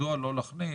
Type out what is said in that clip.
מדוע לא להכניס